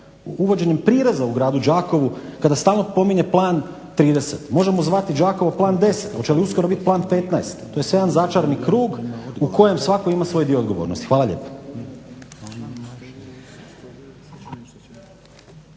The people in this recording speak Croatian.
uvođenjem prireza u gradu Đakovu kada stalno spominje Plan 30. Možemo zvati Đakovo Plan 10, hoće li uskoro biti Plan 15? To je sve jedan začarani krug u kojem svatko ima svoj dio odgovornosti. Hvala lijepo.